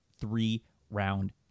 three-round